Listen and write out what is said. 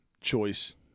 choice